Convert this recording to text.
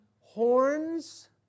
horns